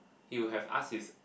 you have ask his